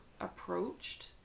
approached